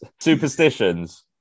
Superstitions